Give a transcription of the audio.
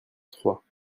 trois